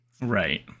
Right